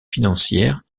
financières